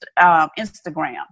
Instagram